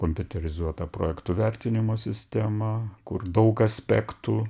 kompiuterizuotą projektų vertinimo sistemą kur daug aspektų